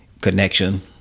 connection